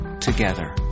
together